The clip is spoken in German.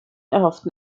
erhofften